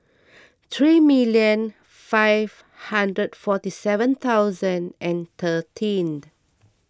three million five hundred forty seven thousand and thirteen